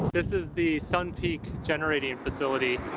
this is the sun peak generating facility.